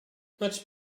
much